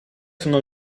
sono